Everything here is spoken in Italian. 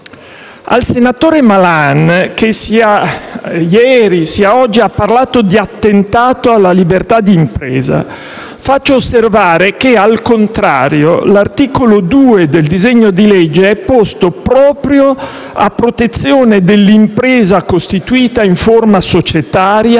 Al senatore Malan, che ieri ha parlato di attentato alla libertà di impresa, faccio osservare che, al contrario, l'articolo 2 del disegno di legge è posto proprio a protezione dell'impresa costituita in forma societaria,